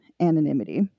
anonymity